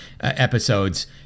episodes